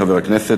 חבר הכנסת,